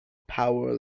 power